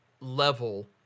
level